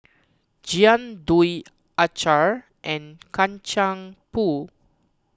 Jian Dui Acar and Kacang Pool